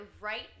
right